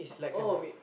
oh